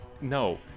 No